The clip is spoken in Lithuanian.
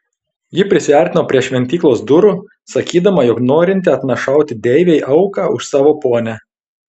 ji prisiartino prie šventyklos durų sakydama jog norinti atnašauti deivei auką už savo ponią